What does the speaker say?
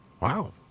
wow